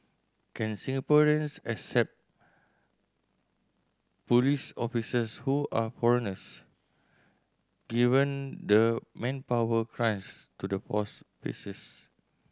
can Singaporeans accept police officers who are foreigners given the manpower crunch to the force faces